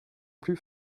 plus